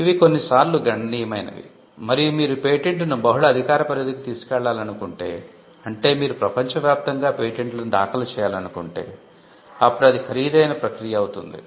ఇవి కొన్నిసార్లు గణనీయమైనవి మరియు మీరు పేటెంట్ ను బహుళ అధికార పరిధికి తీసుకెళ్లాలనుకుంటే అంటే మీరు ప్రపంచవ్యాప్తంగా పేటెంట్లను దాఖలు చేయాలనుకుంటే అప్పుడు ఇది ఖరీదైన ప్రక్రియ అవుతుంది